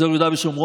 אזור יהודה ושומרון,